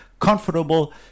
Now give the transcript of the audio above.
comfortable